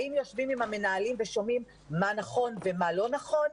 האם יושבים עם המנהלים ושומעים מה נכון ומה לא נכון?